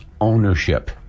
ownership